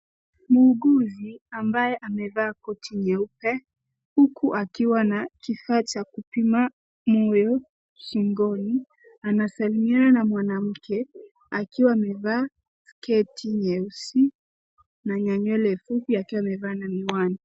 Muuguzi ambaye amevaa koti nyeupe huku akiwa na kifaa cha kupima moyo shingoni, anasalimiana na mwanamke akiwa amevaa sketi nyeusi na ana nywele fupi akiwa amevaa na miwani.